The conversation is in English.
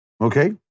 Okay